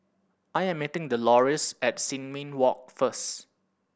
I'm meeting Delores at Sin Ming Walk first